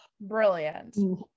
Brilliant